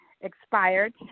expired